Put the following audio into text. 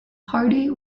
hardie